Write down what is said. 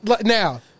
now